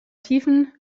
tiefen